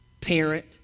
parent